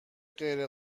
غیر